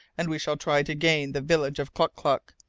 and we shall try to gain the village of klock-klock.